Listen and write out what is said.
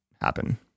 happen